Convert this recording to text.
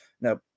Now